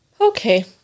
Okay